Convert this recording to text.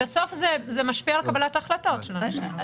בסוף זה משפיע על קבלת ההחלטות של אנשים.